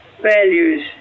values